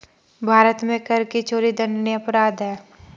भारत में कर की चोरी दंडनीय अपराध है